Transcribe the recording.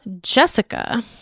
Jessica